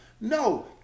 No